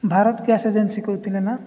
Bharat gas agency କହୁଥିଲେ ନା